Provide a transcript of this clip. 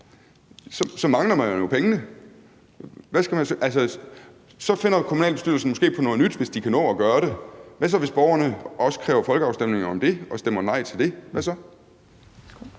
Så mangler man jo pengene. Så finder kommunalbestyrelsen måske på noget nyt, hvis de kan nå at gøre det, men hvad så hvis borgerne også kræver en folkeafstemning om det og efterfølgende stemmer nej til det? Kl.